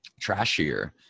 trashier